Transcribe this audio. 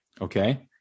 Okay